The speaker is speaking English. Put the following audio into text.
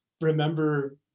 remember